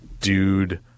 dude